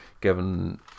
Given